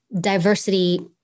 diversity